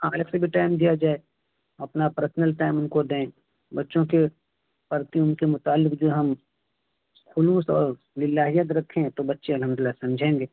حالگ سے بھی ٹائم دیا جائے اپنا پرسنل ٹائم ان کو دیں بچوں کے پرتی ان کے متعلق جو ہم خلوص اور للاحیت رکھیں تو بچے الحمدلہ سمجھیں گے